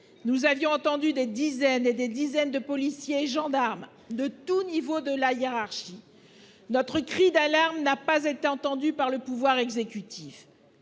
Nous avions entendu des dizaines et des dizaines de policiers et de gendarmes à tous les niveaux de la hiérarchie. Notre cri d'alarme n'a pas été entendu par le pouvoir exécutif.